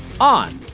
on